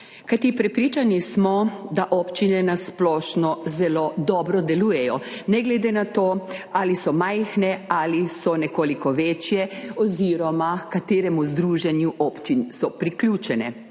kajti prepričani smo, da občine na splošno zelo dobro delujejo, ne glede na to, ali so majhne ali so nekoliko večje oziroma kateremu združenju občin so priključene.